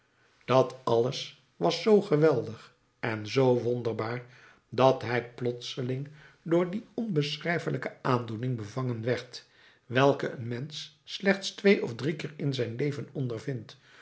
dat alles was z geweldig en z wonderbaar dat hij plotseling door die onbeschrijfelijke aandoening bevangen werd welke een mensch slechts twee of drie keer in zijn leven ondervindt